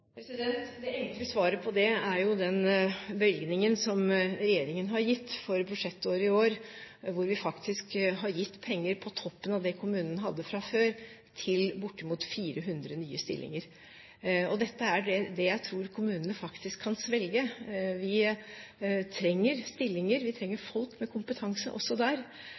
Det enkle svaret på det er den bevilgningen som regjeringen har gitt for budsjettåret i år, hvor vi faktisk har gitt penger til bortimot 400 nye stillinger, på toppen av det kommunene hadde fra før. Og dette er det jeg tror kommunene faktisk kan svelge. Vi trenger stillinger, vi trenger folk med kompetanse, også der.